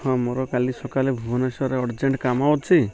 ହଁ ମୋର କାଲି ସକାଳେ ଭୁବନେଶ୍ୱରରେ ଅର୍ଜେଣ୍ଟ କାମ ଅଛି